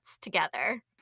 together